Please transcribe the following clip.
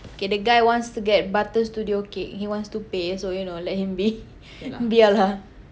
okay the guy wants to get Butter Studio cake he wants to pay so you know let him be biar lah